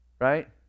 right